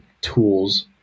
tools